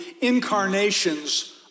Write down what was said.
incarnations